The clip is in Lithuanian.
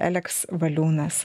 eleks valiūnas